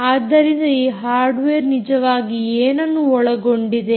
ಆದ್ದರಿಂದ ಈ ಹಾರ್ಡ್ವೇರ್ ನಿಜವಾಗಿ ಏನನ್ನು ಒಳಗೊಂಡಿದೆ